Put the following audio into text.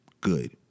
good